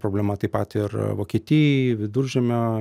problema taip pat ir vokietijai viduržemio